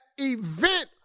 event